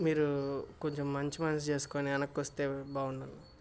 మీరు కొంచెం మంచి మనసు చేసుకొని వెనక్కి వస్తే బాగుండన్నా